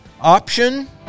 option